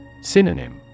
Synonym